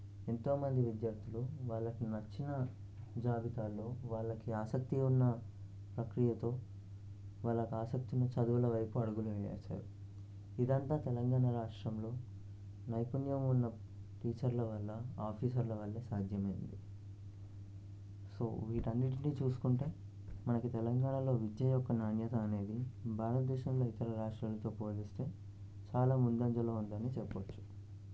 ఎంతోమంది విద్యార్థులు వాళ్ళకి నచ్చిన జాబితాలో వాళ్ళకి ఆసక్తి ఉన్న ప్రక్రియతో వాళ్ళకి ఆసక్తి ఉన్న చదువుల వైపు అడుగులు వేసాయి ఇదంతా తెలంగాణ రాష్ట్రంలో నైపుణ్యం ఉన్న టీచర్ల వల్ల ఆఫీసర్ల వల్ల సాధ్యమైంది సో వీటన్నింటినీ చూసుకుంటే మనకు తెలంగాణలో విద్య యొక్క నాణ్యత అనేది భారతదేశంలో ఇతర రాష్ట్రాలతో పోలిస్తే చాలా ముందంజలో ఉందని చెప్పొచ్చు